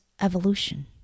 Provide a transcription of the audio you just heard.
evolution